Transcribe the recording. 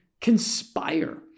conspire